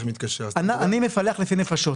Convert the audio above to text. אני מפלח לפי נפשות.